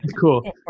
cool